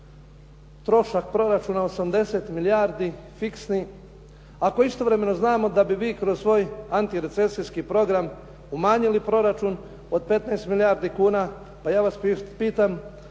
trošak proračuna 80 milijardi fiksni, ako istovremeno znamo da bi vi kroz svoj antirecesijski program umanjili proračun od 15 milijardi kuna, pa ja vas pitam